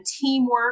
teamwork